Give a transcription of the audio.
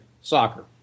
soccer